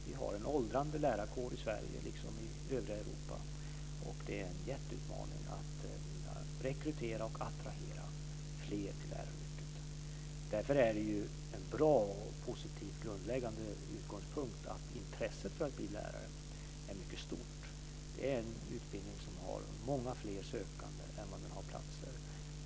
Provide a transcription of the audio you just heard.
Vi har en åldrande lärarkår i Sverige, liksom i övriga Europa, och det är en jätteutmaning att attrahera och rekrytera fler till läraryrket. Därför är det ju en bra och positiv grundläggande utgångspunkt att intresset för att bli lärare är mycket stort. Det är en utbildning som har många fler sökande än vad den har platser.